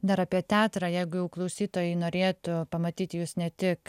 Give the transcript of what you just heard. dar apie teatrą jeigu jau klausytojai norėtų pamatyti jus ne tik